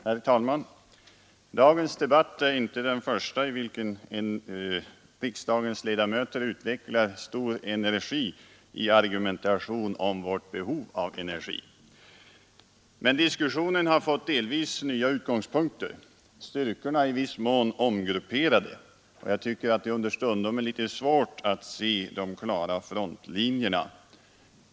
Herr talman! Dagens debatt är inte den första i vilken riksdagens ledamöter utvecklar stor energi i argumentation om vårt behov av energi. Men diskussionen har fått delvis nya utgångspunkter. Styrkorna är i viss mån omgrupperade, och jag tycker att det understundom är litet svårt att se de klara frontlinjerna.